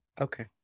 Okay